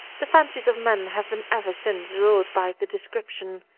the fancies of men have been ever since ruled by the description.